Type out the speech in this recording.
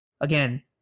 again